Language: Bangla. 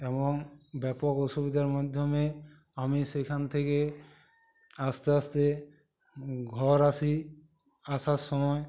এবং ব্যাপক অসুবিধার মাধ্যমে আমি সেখান থেকে আস্তে আস্তে ঘর আসি আসার সময়